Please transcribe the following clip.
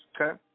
okay